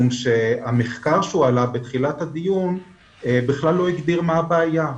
המחקר שהועלה בתחילת הדיון בכלל לא הגדיר מה הבעיה,